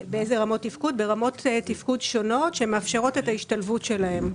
ברמות תפקוד שונות שמאפשרות את ההשתלבות שלהם.